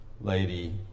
lady